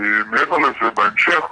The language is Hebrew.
מעבר לזה, בהמשך,